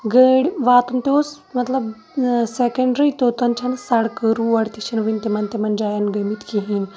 گٲڑۍ واتُن تہٕ اوس مَطلَب سٮ۪کَنڈری توٚتَن چھَنہٕ سَڑکہٕ روڈ تہٕ چھَنہٕ تِمَن تِمَن جایَن گٔمٕتۍ کِہیٖنۍ